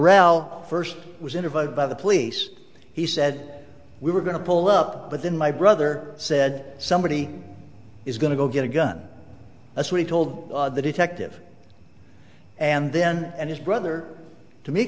interviewed by the police he said we were going to pull up but then my brother said somebody is going to go get a gun that's what he told the detective and then and his brother to me